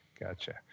Gotcha